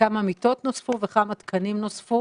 כמה מיטות נוספו, וכמה תקנים נוספו.